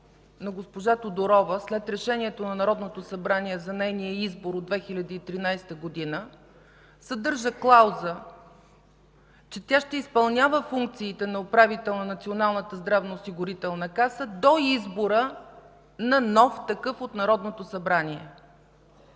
на госпожа Тодорова след решението на Народното събрание за нейния избор от 2013 г. съдържа клауза, че тя ще изпълнява функциите на управител на Националната здравноосигурителна каса до избора на нов такъв от Народното събрание.